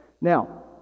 Now